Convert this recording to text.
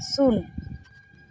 ᱥᱩᱱ